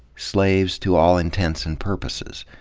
slaves to all intents and purposes.